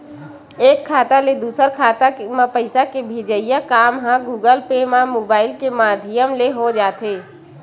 एक खाता ले दूसर खाता म पइसा के भेजई के काम ह गुगल पे म मुबाइल के माधियम ले हो जाथे